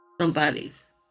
somebody's